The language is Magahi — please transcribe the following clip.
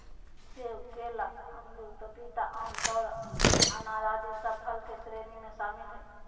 सेब, केला, अमरूद, पपीता, आम, अनार आदि सब फल के श्रेणी में शामिल हय